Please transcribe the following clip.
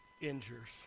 injures